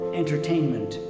entertainment